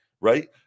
Right